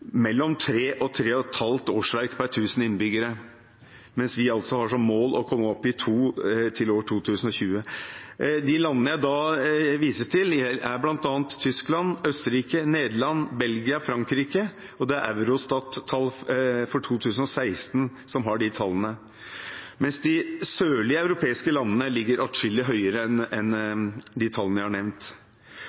mellom tre og tre og et halvt årsverk per tusen innbyggere, mens vi altså har som mål å komme opp i to i år 2020. De landene jeg viser til, er bl.a. Tyskland, Østerrike, Nederland, Belgia og Frankrike – dette er Eurostat-tall for 2016 – mens de sørlige europeiske landene ligger atskillig høyere enn de tallene jeg har nevnt.